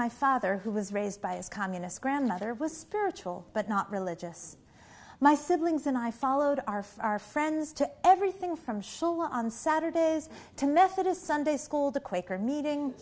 my father who was raised by a communist grandmother was spiritual but not religious my siblings and i followed our for our friends to everything from show on saturdays to methodist sunday school the quaker meeting